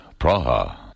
Praha